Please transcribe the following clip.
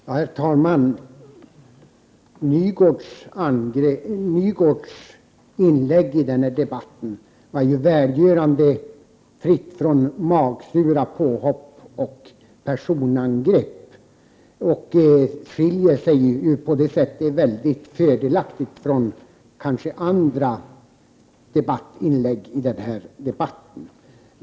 Herr talman! Sven-Åke Nygårds inlägg i debatten var välgörande fritt från magsura påhopp och personangrepp. Det skiljer sig på det sättet väldigt fördelaktigt från många andra inlägg i debatten.